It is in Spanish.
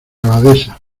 abadesa